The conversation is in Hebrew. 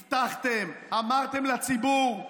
הבטחתם, אמרתם לציבור,